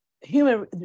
human